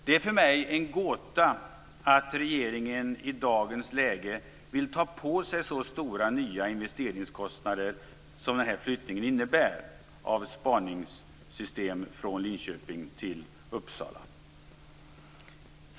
Det är för mig en gåta att regeringen i dagens läge vill ta på sig så stora, nya investeringskostnader som den här flyttningen innebär av spaningssystem från Linköping till Uppsala.